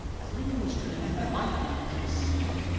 clings to the new light in which it is seen,